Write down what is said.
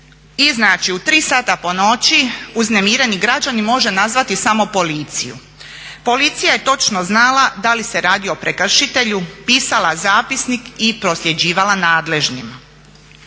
I znači u 3 sata po noći uznemireni građanin može nazvati samo policiju, policija je točno znala da li se radi o prekršitelju, pisala zapisnik i prosljeđivala nadležnima.